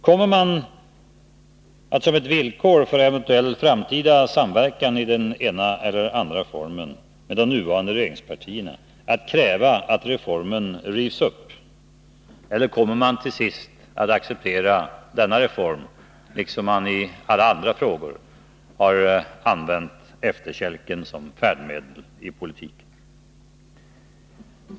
Kommer man att som ett villkor för en eventuell framtida samverkan, i den ena eller andra formen, med de nuvarande regeringspartierna kräva att reformen rivs upp, eller kommer man till sist att acceptera denna reform, på samma sätt som man i alla andra frågor har använt efterkälken som färdmedel i politiken?